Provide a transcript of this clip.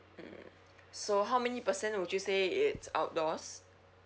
mm so how many percent would you say it's outdoors